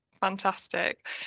Fantastic